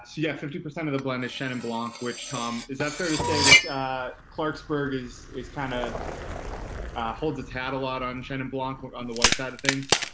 yeah, fifty percent of the blend is chenin blanc, which tom, is that fair to say that clarksburg is is kinda holds his hat a lot on chenin blanc on the white side of things?